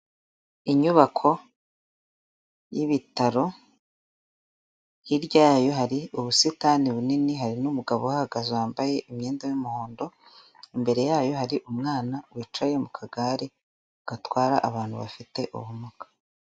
Inyubako y'ibitaro, hirya yayo hari ubusitani bunini, hari n'umugabo uhahagaze wambaye imyenda y'umuhondo, imbere yayo hari umwana wicaye mu kagare gatwara abantu bafite ubumuga.